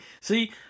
See